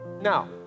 Now